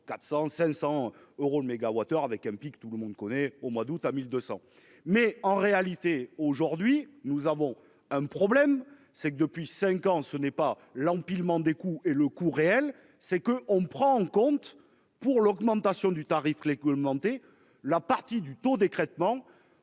400, 500 euros le mégawattheure, avec un pic. Tout le monde connaît au mois d'août à 1200 mais en réalité aujourd'hui nous avons un problème, c'est que depuis 5 ans ce n'est pas l'empilement des coûts et le coût réel c'est que on prend en compte pour l'augmentation du tarif les qu'augmenter la partie du taux d'écrêtement.